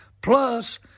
plus